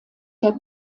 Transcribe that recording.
der